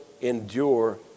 endure